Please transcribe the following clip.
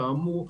כאמור,